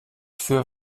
für